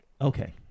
Okay